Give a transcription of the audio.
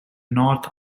north